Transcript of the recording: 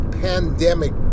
pandemic